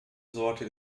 sorte